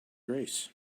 grace